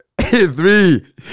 three